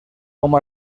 com